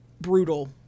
brutal